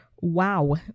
wow